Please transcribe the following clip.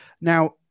Now